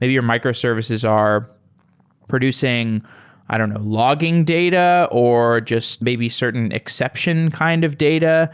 maybe your microservices are producing i don't know. logging data or just maybe certain exception kind of data,